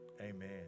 Amen